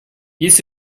есть